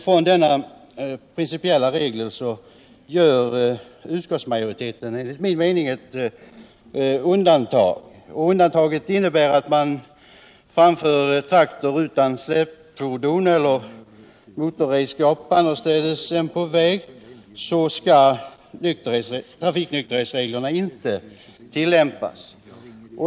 Från denna principiella regel gör utskottsmajoriteten enligt min mening ett undantag. Undantaget innebär att om man framför traktor utan släpfordon eller motorredskap annorstädes än på väg skall trafiknykterhetsreglerna inte tillämpas.